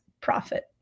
profit